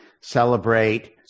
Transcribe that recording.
celebrate